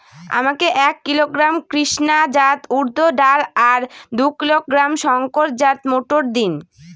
আমাকে এক কিলোগ্রাম কৃষ্ণা জাত উর্দ ডাল আর দু কিলোগ্রাম শঙ্কর জাত মোটর দিন?